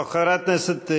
טוב, חברת הכנסת זועבי,